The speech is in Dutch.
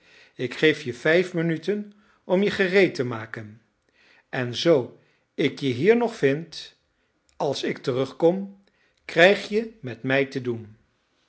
ik geef je vijf minuten om je gereed te maken en zoo ik je hier nog vind als ik terugkom krijg je met mij te doen